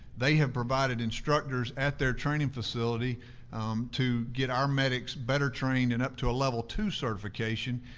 they have provided instructors at their training facility to get our medics better trained and up to a level two certification.